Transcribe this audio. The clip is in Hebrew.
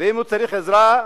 ואם הוא צריך עזרה,